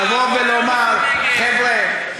לבוא ולומר: חבר'ה,